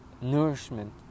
nourishment